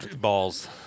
Balls